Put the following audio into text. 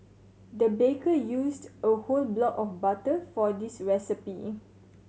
the baker used a whole block of butter for this recipe